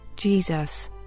Jesus